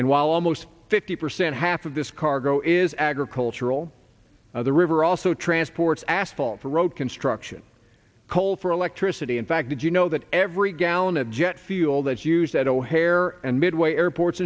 and while almost fifty percent half of this cargo is agricultural now the river also transports asphalt for road construction coal for electricity in fact did you know that every gallon of jet fuel that's used at o'hare and midway airports